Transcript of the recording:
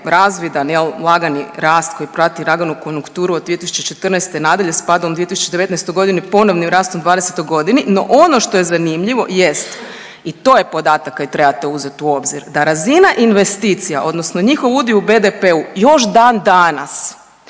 razvidan lagani rast koji prati laganu konjunkturu od 2014. nadalje s padom u 2019.g. ponovnim rastom u '20.g. no ono što je zanimljivo jest i to je podatak koji trebate uzeti u obzir, da razina investicija odnosno njihov udio u BDP-u još dan danas